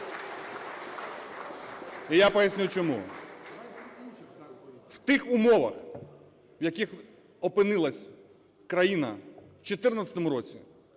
І я поясню чому. В тих умовах, в яких опинилася країна у 2014 році,